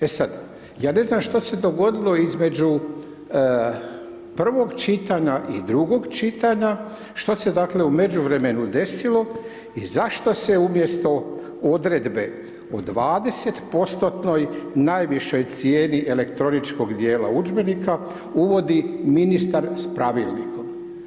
E sad, ja ne znam što se dogodilo između prvog čitanja i drugog čitanja, što se dakle u međuvremenu desilo i zašto se umjesto odredbe od 20%-tnoj najvišoj cijeni elektroničkog djela udžbenika, uvodi ministar s pravilnikom.